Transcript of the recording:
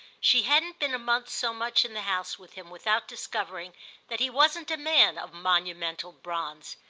she hadn't been a month so much in the house with him without discovering that he wasn't a man of monumental bronze.